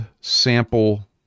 sample